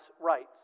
rights